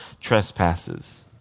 trespasses